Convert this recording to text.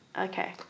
Okay